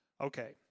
Okay